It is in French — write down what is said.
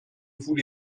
vous